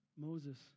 Moses